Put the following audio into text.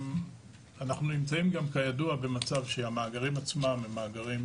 אנחנו נמצאים גם כידוע במצב שהמאגרים עצמם הם מאגרים